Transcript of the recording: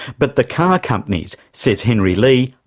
but the car companies, says henry lee,